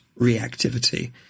reactivity